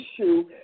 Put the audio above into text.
issue